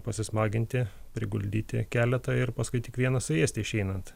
pasismaginti priguldyti keletą ir paskui tik vieną suėsti išeinant